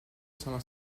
sono